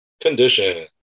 Condition